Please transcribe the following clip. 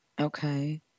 Okay